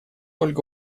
ольга